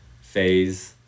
phase